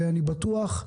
ואני בטוח,